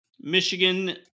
Michigan